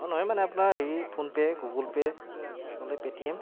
অঁ নহয় মানে আপোনাৰ এই ফোনপে' গুগোল পে' নহলে পে টি এম